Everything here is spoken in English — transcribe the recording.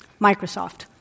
Microsoft